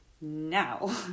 now